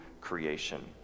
creation